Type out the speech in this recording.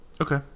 Okay